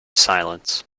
silence